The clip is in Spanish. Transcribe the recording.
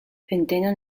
centeno